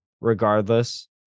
regardless